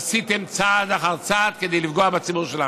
עשיתם צעד אחר צעד כדי לפגוע בציבור שלנו.